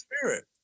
Spirit